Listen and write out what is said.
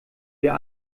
wir